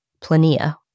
plania